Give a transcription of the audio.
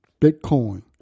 Bitcoin